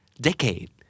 Decade